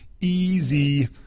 easy